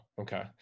okay